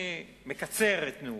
אני מקצר את נאומו.